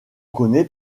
connait